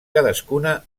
cadascuna